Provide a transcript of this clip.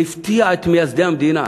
זה הפתיע את מייסדי המדינה,